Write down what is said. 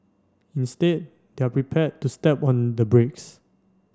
instead they're prepared to step on the brakes